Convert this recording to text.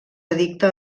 addicte